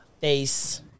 Face